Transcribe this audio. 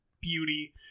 beauty